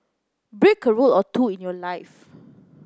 break a rule or two in your life